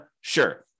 Sure